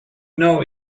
know